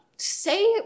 say